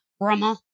grandma